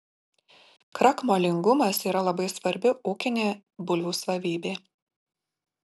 krakmolingumas yra labai svarbi ūkinė bulvių savybė